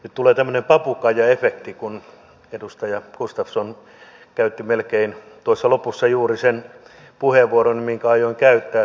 nyt tulee tämmöinen papukaijaefekti kun edustaja gustafsson käytti tuossa lopussa melkein juuri sen puheenvuoron minkä aioin käyttää